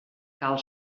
cal